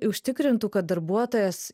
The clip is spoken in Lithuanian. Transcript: užtikrintų kad darbuotojas